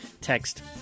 text